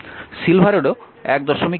সিলভারও 164 10 8